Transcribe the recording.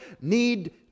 need